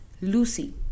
Lucy